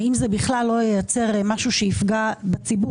האם זה בכלל לא ייצר משהו שיפגע בציבור?